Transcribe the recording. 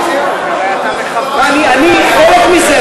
אני חלק מזה,